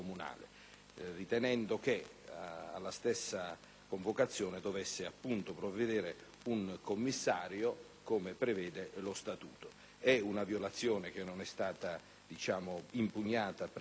ritenendo che alla stessa convocazione dovesse provvedere un commissario, come prevede lo Statuto. È una violazione che non è stata impugnata con